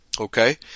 okay